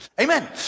Amen